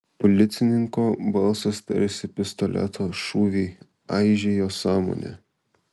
policininko balsas tarsi pistoleto šūviai aižė jo sąmonę